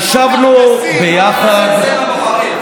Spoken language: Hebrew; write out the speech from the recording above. ישבנו ביחד,